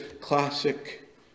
classic